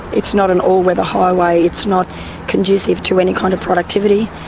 it's not an all-weather highway. it's not conducive to any kind of productivity.